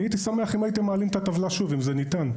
אני הייתי שמח אם הייתם מעלים את הטבלה שוב אם זה ניתן.